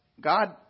God